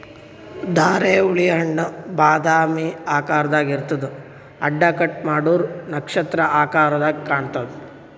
ಧಾರೆಹುಳಿ ಹಣ್ಣ್ ಬಾದಾಮಿ ಆಕಾರ್ದಾಗ್ ಇರ್ತದ್ ಅಡ್ಡ ಕಟ್ ಮಾಡೂರ್ ನಕ್ಷತ್ರ ಆಕರದಾಗ್ ಕಾಣತದ್